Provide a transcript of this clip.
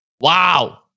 Wow